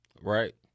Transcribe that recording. right